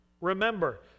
Remember